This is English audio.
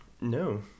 No